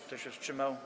Kto się wstrzymał?